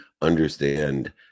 understand